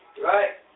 Right